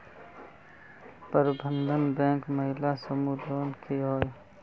प्रबंधन बैंक महिला समूह लोन की होय?